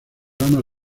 ramas